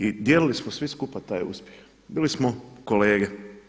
I dijeli smo svi skupa taj uspjeh, bili smo kolege.